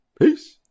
Peace